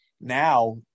now